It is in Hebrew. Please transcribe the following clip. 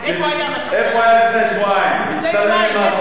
מסעוד גנאים,